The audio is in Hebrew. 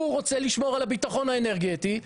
הוא רוצה לשמור על הביטחון האנרגטי,